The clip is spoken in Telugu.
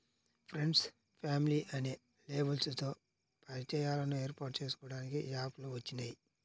ఫ్రెండ్సు, ఫ్యామిలీ అనే లేబుల్లతో పరిచయాలను ఏర్పాటు చేసుకోడానికి యాప్ లు వచ్చినియ్యి